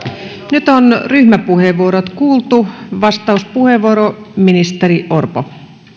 nyt on ryhmäpuheenvuorot kuultu vastauspuheenvuoro ministeri orpo